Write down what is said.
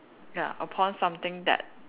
ya upon something that